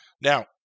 Now